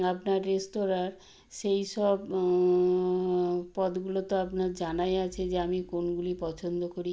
আপনার রেস্তোরাঁর সেই সব পদগুলো তো আপনার জানাই আছে যে আমি কোনগুলি পছন্দ করি